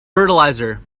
fertilizer